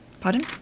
Pardon